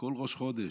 כל ראש חודש,